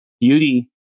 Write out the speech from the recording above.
beauty